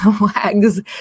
wags